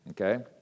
okay